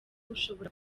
ushobora